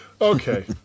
Okay